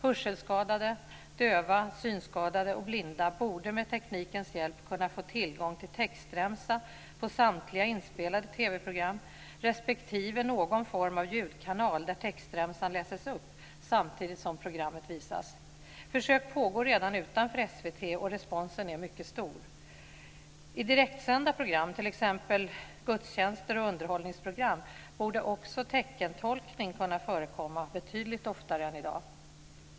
Hörselskadade, döva, synskadade och blinda borde med teknikens hjälp kunna få tillgång till textremsa på samtliga inspelade TV-program respektive någon form av ljudkanal där textremsan läses upp samtidigt som programmet visas. Försök pågår redan utanför SVT, och responsen är mycket stor. I direktsända program, t.ex. gudstjänster och underhållningsprogram, borde också teckentolkning kunna förekomma betydligt oftare än i dag.